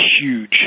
huge